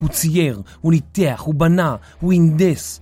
הוא צייר, הוא ניתח, הוא בנה, הוא הינדס